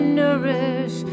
nourish